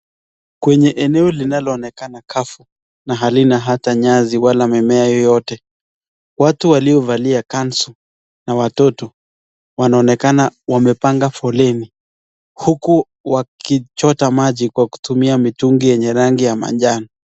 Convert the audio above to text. Kwenye eneo linalo onekana kavu na halina hata nyasi wala mimea yeyote. Watu waliovalia kanzu na watoto wana onekana wamepanga foleni huku wakichota maji kwa kutumia mitungi yenye rangi manjano.